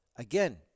Again